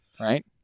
right